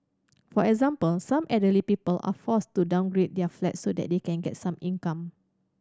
for example some elderly people are forced to downgrade their flats so that they can get some income